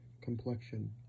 complexion